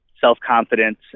self-confidence